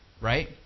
right